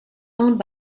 owned